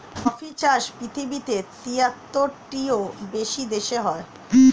কফির চাষ পৃথিবীতে তিয়াত্তরটিরও বেশি দেশে হয়